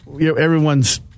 everyone's